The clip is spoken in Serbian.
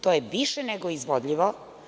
To je više nego izvodljivo.